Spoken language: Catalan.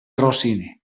rossini